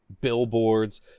billboards